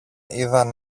είδαν